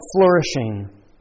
flourishing